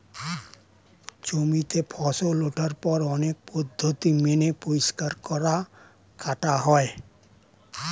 জমিতে ফসল ওঠার পর অনেক পদ্ধতি মেনে পরিষ্কার করা, কাটা হয়